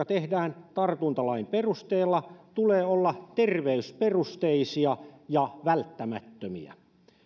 tehdään tartuntalain perusteella tulee olla terveysperusteisia ja välttämättömiä